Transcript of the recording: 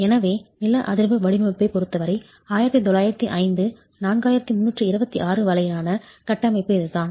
எனவே நில அதிர்வு வடிவமைப்பைப் பொருத்தவரை 1905 4326 வரையிலான கட்டமைப்பு இதுதான்